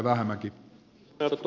arvoisa puhemies